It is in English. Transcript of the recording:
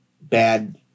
bad